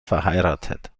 verheiratet